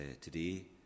today